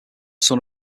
son